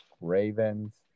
Ravens